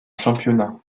championnat